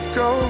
go